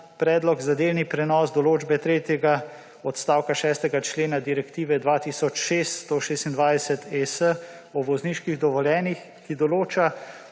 predlog zadevni prenos določbe tretjega odstavka 6. člena Direktive 2006 126/ES o vozniških dovoljenjih, ki določa,